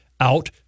Out